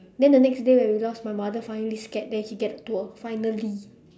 then the next day when we lost my mother finally scared then we got a tour finally